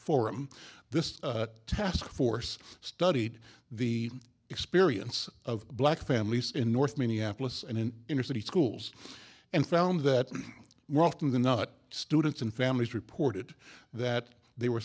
forum this task force studied the experience of black families in north minneapolis and in inner city schools and found that more often than not students and families reported that they were